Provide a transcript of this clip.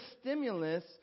stimulus